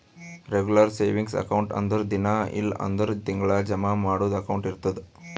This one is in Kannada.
ರೆಗುಲರ್ ಸೇವಿಂಗ್ಸ್ ಅಕೌಂಟ್ ಅಂದುರ್ ದಿನಾ ಇಲ್ಲ್ ಅಂದುರ್ ತಿಂಗಳಾ ಜಮಾ ಮಾಡದು ಅಕೌಂಟ್ ಇರ್ತುದ್